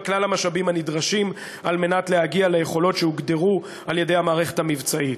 כלל המשאבים הנדרשים כדי להגיע ליכולת שהוגדרה על-ידי המערכת המבצעית.